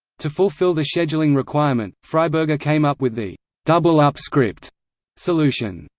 to fulfil the scheduling requirement, freiberger came up with the double-up script solution.